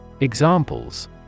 Examples